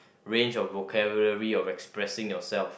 range of vocabulary of expressing yourself